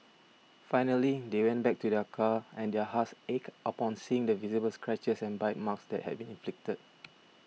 finally they went back to their car and their hearts ached upon seeing the visible scratches and bite marks that had been inflicted